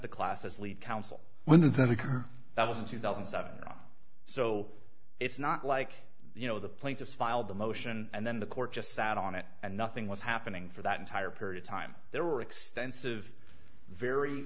the class as lead counsel one of them that was in two thousand and seven so it's not like you know the plaintiffs filed the motion and then the court just sat on it and nothing was happening for that entire period of time there were extensive very